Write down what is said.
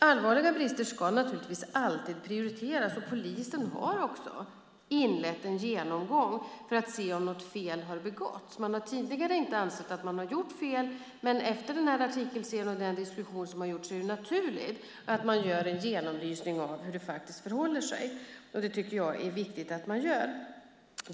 Allvarliga brister ska naturligtvis alltid prioriteras, och polisen har också inlett en genomgång för att se om något fel har begåtts. Man har tidigare inte ansett att man har gjort fel, men efter artikelserien och den diskussion som har förts är det naturligt att man gör en genomlysning av hur det faktiskt förhåller sig. Jag tycker att det är viktigt att man gör det.